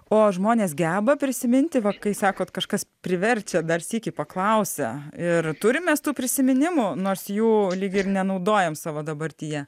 o žmonės geba prisiminti va kai sakot kažkas priverčia dar sykį paklausia ir turie mes tų prisiminimė nors jų lyg ir nenaudojam savo dabartyje